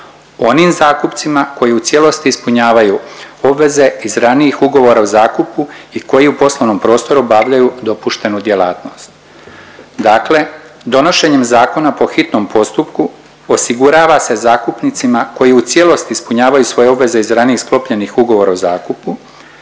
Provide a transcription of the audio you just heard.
onim zakupcima koji u cijelosti ispunjavaju obveze iz ranijih ugovora o zakupu i koji u poslovnom prostoru obavljaju dopuštenu djelatnost. Dakle donošenjem zakona po hitnom postupku osigurava se zakupnicima koji u cijelosti ispunjavaju svoje obveze iz ranije sklopljenih ugovora o zakupu